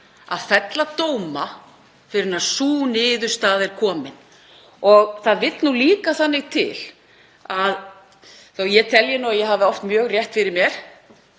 að fella dóma fyrr en sú niðurstaða er komin. Það vill líka þannig til að þótt ég telji að ég hafi oft mjög rétt fyrir mér